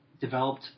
developed